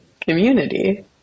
community